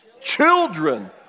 Children